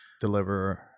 deliver